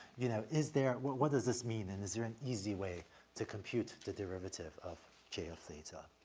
you know, is there what does this mean and is there an easy way to compute the derivative of j of theta?